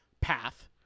path